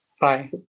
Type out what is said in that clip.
bye